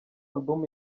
album